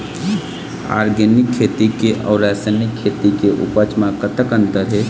Organic खेती के अउ रासायनिक खेती के उपज म कतक अंतर हे?